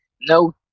no